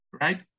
right